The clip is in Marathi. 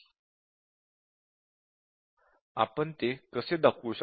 आपण ते कसे दाखवू शकतो